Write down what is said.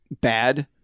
bad